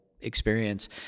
experience